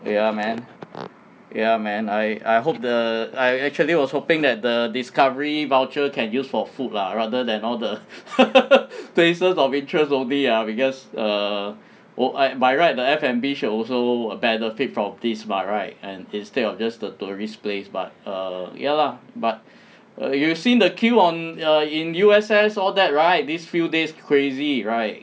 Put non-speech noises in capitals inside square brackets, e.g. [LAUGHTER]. ya man ya man I I hope the I actually was hoping that the discovery voucher can use for food lah rather than all the [LAUGHS] places of interest only ah because err oh I by right the F&B should also err benefit from this what right and instead of just the tourist place but err ya lah but err you've seen the queue on you in U_S_S all that right these few days crazy right